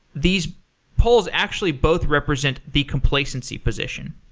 these poles actually both represent the complacency position.